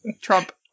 Trump